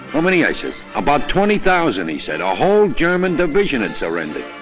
how many? i says. about twenty thousand, he said, a whole german division had surrendered.